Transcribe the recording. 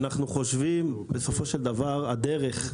אנחנו חושבים, בסופו של דבר, הדרך,